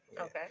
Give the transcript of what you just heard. Okay